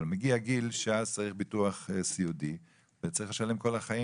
אבל מגיע הגיל שאז צריך ביטוח סיעודי וצריך לשלם כל החיים